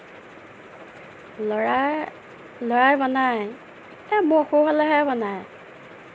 ল'ৰাই ল'ৰাই বনায় এই মোৰ অসুখ হ'লেহে বনায়